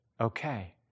okay